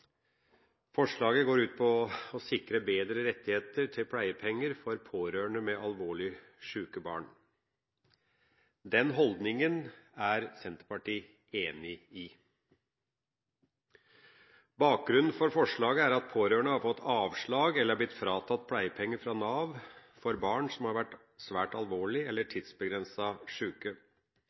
Forslaget går ut på å sikre bedre rettigheter til pleiepenger for pårørende med alvorlig sjuke barn. Den holdningen er Senterpartiet enig i. Bakgrunnen for forslaget er at pårørende har fått avslag eller er fratatt pleiepenger fra Nav for barn som har vært svært alvorlig eller tidsbegrenset sjuke.